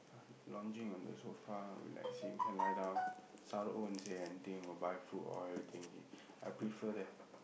lounging on the sofa relaxing can lie down Saro won't say anything will buy food or everything okay I prefer that